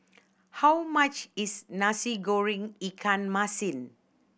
how much is Nasi Goreng ikan masin